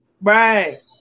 Right